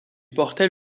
portait